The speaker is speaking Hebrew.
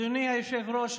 אדוני היושב-ראש,